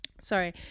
Sorry